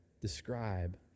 describe